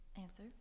Answer